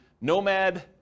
nomad